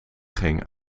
ging